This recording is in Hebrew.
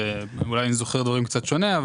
אולי אני זוכר דברים קצת שונה,